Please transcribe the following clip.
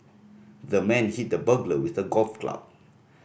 the man hit the burglar with a golf club